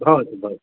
भवतु भवतु